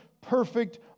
perfect